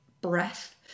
breath